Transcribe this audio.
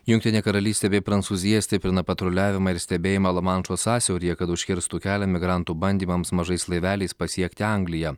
jungtinė karalystė bei prancūzija stiprina patruliavimą ir stebėjimą lamanšo sąsiauryje kad užkirstų kelią migrantų bandymams mažais laiveliais pasiekti angliją